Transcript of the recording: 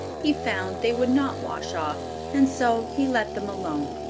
he found they would not wash off, and so he let them alone,